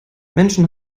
menschen